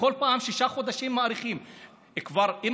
בכל פעם מאריכים בשישה חודשים.